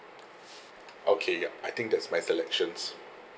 okay ya I think that's my selections